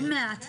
עוד מעט.